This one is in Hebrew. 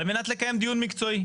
על מנת לקיים דיון מקצועי.